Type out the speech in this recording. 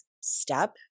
step